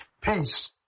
Peace